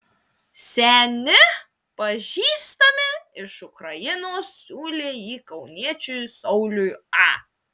seni pažįstami iš ukrainos siūlė jį kauniečiui sauliui a